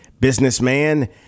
businessman